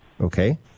okay